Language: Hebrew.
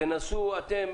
שתנסו אתם,